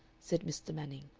said mr. manning.